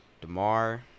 Damar